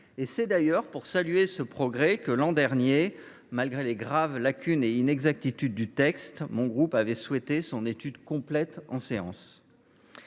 ; c’est d’ailleurs pour saluer ce progrès que, l’an dernier, malgré les graves lacunes et inexactitudes du texte, le groupe SER avait souhaité son étude complète en séance.